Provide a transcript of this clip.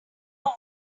wife